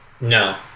No